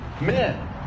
men